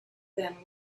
then